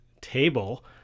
table